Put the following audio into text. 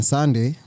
Sunday